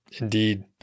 Indeed